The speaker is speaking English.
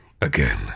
again